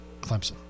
Clemson